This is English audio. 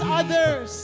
others